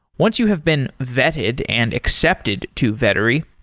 once you have been vetted and accepted to vettery,